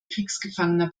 kriegsgefangener